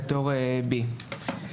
בתור בי.